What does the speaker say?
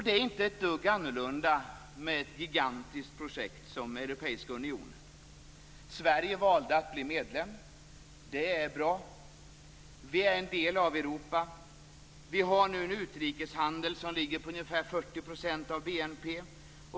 Det är inte ett dugg annorlunda med ett gigantiskt projekt som Europeiska unionen. Sverige valde att bli medlem. Det är bra. Vi är en del av Europa. Vi har nu en utrikeshandel som ligger på ungefär 40 % av BNP.